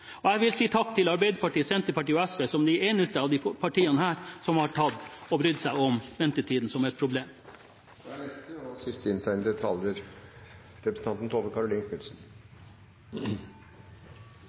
Jeg vil si takk til Arbeiderpartiet, Senterpartiet og SV, som er de eneste partiene her som har brydd seg om ventetiden som et problem. Jeg skal ikke bruke veldig lang tid, for representanten